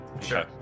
Sure